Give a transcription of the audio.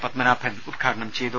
പത്മനാഭൻ ഉദ്ഘാടനം ചെയ്തു